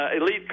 elite